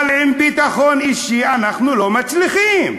אבל עם ביטחון אישי אנחנו לא מצליחים.